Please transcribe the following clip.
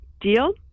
deal